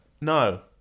No